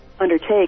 undertake